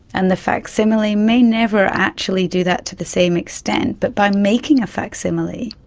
and the facsimile may never actually do that to the same extent, but by making a facsimile,